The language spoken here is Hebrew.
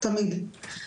תמיד.